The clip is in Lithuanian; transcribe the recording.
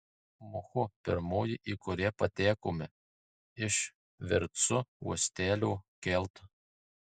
muhu pirmoji į kurią patekome iš virtsu uostelio keltu